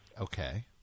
Okay